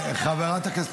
תראה כמה מפגינים מקפלן